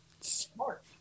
smart